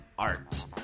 art